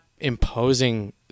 imposing